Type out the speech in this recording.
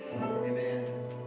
Amen